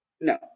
No